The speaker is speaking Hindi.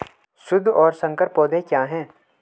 शुद्ध और संकर पौधे क्या हैं?